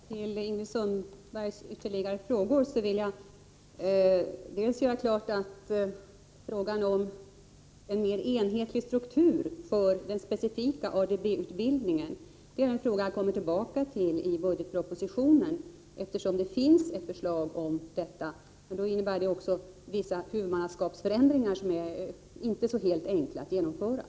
Fru talman! Med anledning av Ingrid Sundbergs ytterligare frågor vill jag göra klart att frågan om en mera enhetlig struktur för den specifika ADB-utbildningen är en fråga som jag kommer tillbaka till i budgetpropositionen, eftersom det finns ett förslag om detta. Men det innebär också vissa huvudmannaskapsförändringar som inte är så helt enkla att genomföra.